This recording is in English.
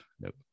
Nope